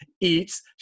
eats